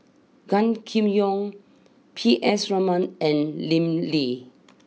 Gan Kim Yong P S Raman and Lim Lee